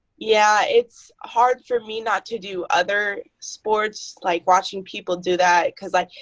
yeah, it's hard for me not to do other sports. like watching people do that, because like,